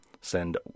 Send